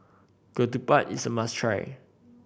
ketupat is a must try